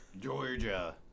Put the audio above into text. Georgia